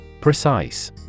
Precise